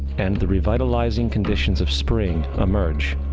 and the revitalizing conditions of spring emerge.